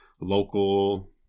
local